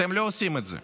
אתם לא עושים את זה.